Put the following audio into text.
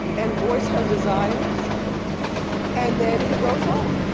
and voice her desires and then he goes home.